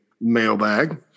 mailbag